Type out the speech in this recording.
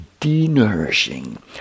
denourishing